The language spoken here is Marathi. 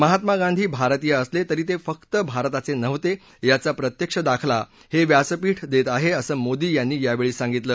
महात्मा गांधी भारतीय असले तरी ते फक्त भारताचे नव्हते याचा प्रत्यक्ष दाखला हे व्यासपीठ देत आहे असं मोदी यांनी यावेळी सांगितलं